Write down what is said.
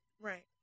Right